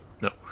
No